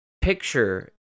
picture